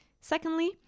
Secondly